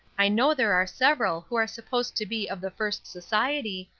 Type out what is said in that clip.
i know there are several, who are supposed to be of the first society,